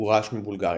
גורש מבולגריה.